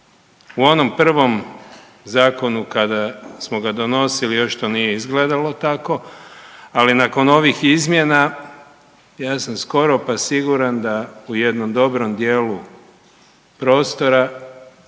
U onom prvom Zakonu, kada smo ga donosili, još to nije izgledalo tako, ali nakon ovih izmjena, ja sam skoro pa siguran da u jednom dobrom dijelu prostora